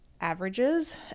averages